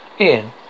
Ian